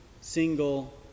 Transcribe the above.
single